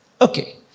Okay